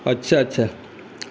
اچھا اچھا